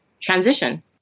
transition